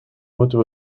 moeten